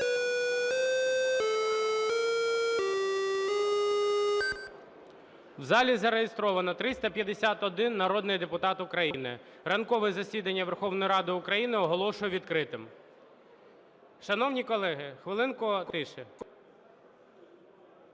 В залі зареєстровано 351 народний депутат України. Ранкове засідання Верховної Ради України оголошую відкритим. Шановні колеги, хвилинку тиші.